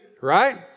right